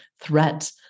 threat